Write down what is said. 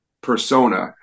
persona